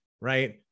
Right